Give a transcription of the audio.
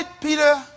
Peter